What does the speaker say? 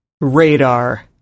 RADAR